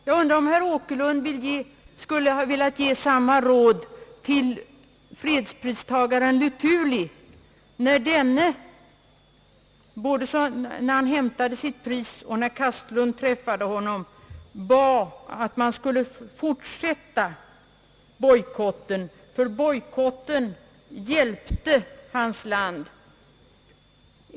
Jag undrar om herr Åkerlund skulle ha velat ge samma råd till fredspristagaren Luthuli när denne, både när han hämtade sitt pris och när Kastlund senare träffade honom, bad att man skulle fortsätta bojkotten, ty bojkotten hjälpte hans land.